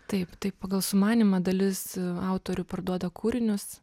taip taip pagal sumanymą dalis autorių parduoda kūrinius